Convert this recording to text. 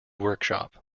workshop